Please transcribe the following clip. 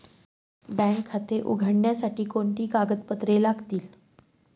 Bank खाते उघडण्यासाठी कोणती कागदपत्रे लागतील?